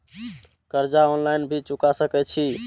कर्जा ऑनलाइन भी चुका सके छी?